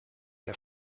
der